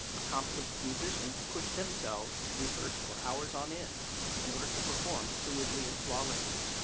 accomplished musicians push themselves to rehearse for hours on end in order to perform fluidly and flawlessly.